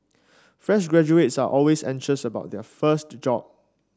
fresh graduates are always anxious about their first job